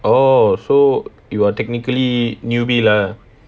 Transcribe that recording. oh so you are technically newbie lah